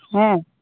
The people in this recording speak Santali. ᱦᱮᱸ